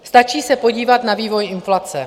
Stačí se podívat na vývoj inflace.